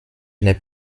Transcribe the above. n’est